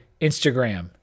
Instagram